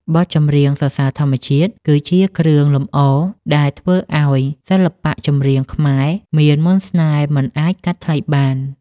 បទចម្រៀងសរសើរធម្មជាតិគឺជាគ្រឿងលម្អដែលធ្វើឱ្យសិល្បៈចម្រៀងខ្មែរមានមន្តស្នេហ៍មិនអាចកាត់ថ្លៃបាន។